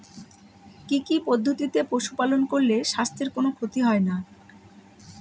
কি কি পদ্ধতিতে পশু পালন করলে স্বাস্থ্যের কোন ক্ষতি হয় না?